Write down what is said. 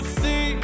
see